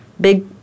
big